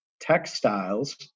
Textiles